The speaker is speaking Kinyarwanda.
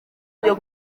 byo